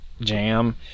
jam